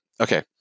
okay